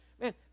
man